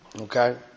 Okay